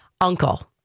Uncle